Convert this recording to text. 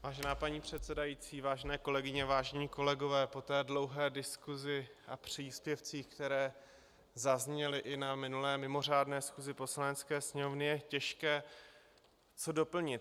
Vážená paní předsedající, vážené kolegyně, vážení kolegové, po té dlouhé diskusi a příspěvcích, které zazněly i na minulé mimořádné schůzi Poslanecké sněmovny, je těžko co doplnit.